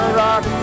rock